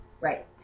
right